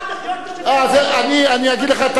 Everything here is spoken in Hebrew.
אז אני אגיד לך את האמת,